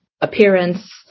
appearance